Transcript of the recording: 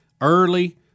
early